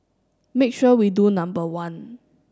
make sure we do number one